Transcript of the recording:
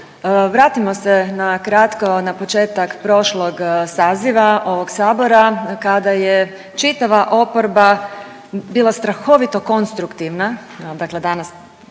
vratimo se nakratko na početak prošlog saziva ovog sabora kada je čitava oporba bila strahovito konstruktivna,